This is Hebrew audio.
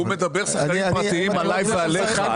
הוא מדבר שחקנים פרטיים עליי ועליך,